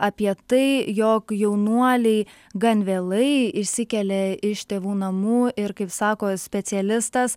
apie tai jog jaunuoliai gan vėlai išsikelia iš tėvų namų ir kaip sako specialistas